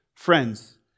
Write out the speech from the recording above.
Friends